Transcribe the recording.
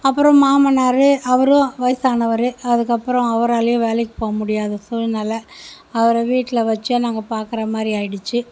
அப்புறம் மாமனார் அவரும் வயசானவர் அதற்கப்றம் அவராலையும் வேலைக்கு போக முடியாத சூழ்நில அவரை வீட்டில் வெச்சே நாங்கள் பார்க்குற மாதிரி ஆயிடிச்சு